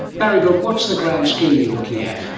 barry brook, what's the grand scheme you are looking at?